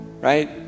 right